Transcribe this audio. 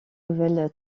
nouvelle